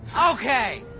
okay.